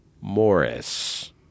Morris